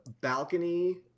balcony